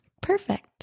Perfect